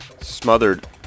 smothered